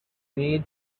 need